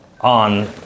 on